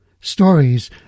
Stories